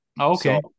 okay